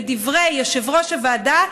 לדברי יושב-ראש הוועדה,